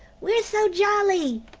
we're so jolly!